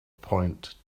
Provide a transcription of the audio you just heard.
point